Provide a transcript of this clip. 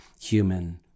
human